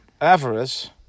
avarice